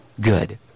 good